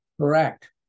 Correct